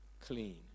clean